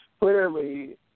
clearly